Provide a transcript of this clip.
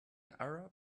arab